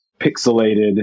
pixelated